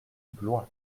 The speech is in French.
blois